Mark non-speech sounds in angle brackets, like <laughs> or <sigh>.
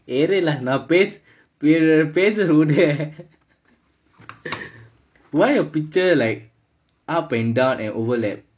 இரு:iru lah நான் பேஸ்~ பே~ பேசுறது:naan pes~ pe~ pesurathu vidu <laughs> why your picture like up and down and overlap